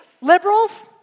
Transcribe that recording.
Liberals